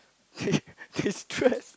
destress